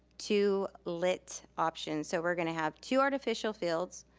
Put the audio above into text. two lit options. so we're gonna have two artificial fields,